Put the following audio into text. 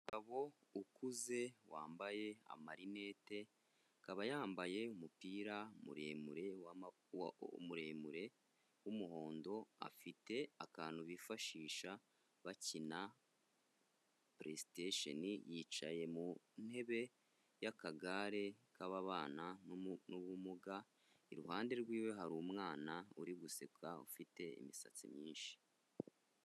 Umugabo ukuze wambaye amarinete akaba yambaye umupira muremure w'umuhondo afite akantu bifashisha bakina playstation yicaye mu ntebe ya kagare kababana n'ubumuga iruhande rwe hari umwana uri guseka ufite imisatsi myinshi.